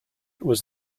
was